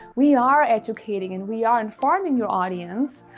we are educating and we are informing your audience,